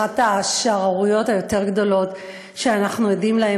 אחת השערוריות היותר-גדולות שאנחנו עדים להן.